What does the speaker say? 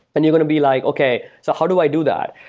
and you're going to be like, okay, so how do i do that?